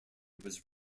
was